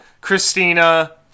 Christina